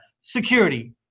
security